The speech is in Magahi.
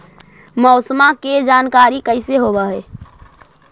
मौसमा के जानकारी कैसे होब है?